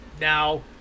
now